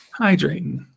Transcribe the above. Hydrating